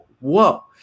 whoa